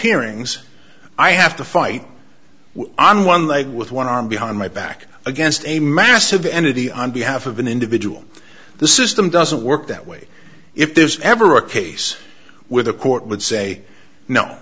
hearings i have to fight on one leg with one arm behind my back against a massive entity on behalf of an individual the system doesn't work that way if there's ever a case where the court would say no